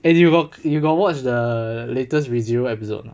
eh you got you got watch the latest resume episode not